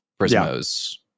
Prismo's